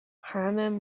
harmon